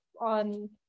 on